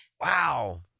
Wow